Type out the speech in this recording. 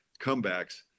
comebacks